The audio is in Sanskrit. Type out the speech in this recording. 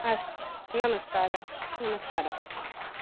अस् नमस्कारः नमस्कारः